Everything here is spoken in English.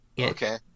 Okay